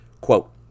Quote